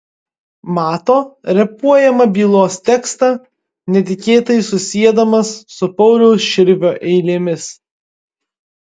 mato repuojamą bylos tekstą netikėtai susiedamas su pauliaus širvio eilėmis